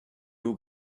haut